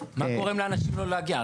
מה גורם לאנשים לא להגיע?